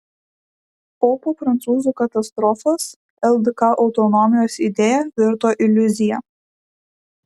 o po prancūzų katastrofos ldk autonomijos idėja virto iliuzija